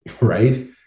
right